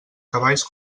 cavalls